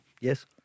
Yes